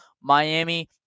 Miami